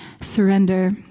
surrender